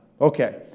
Okay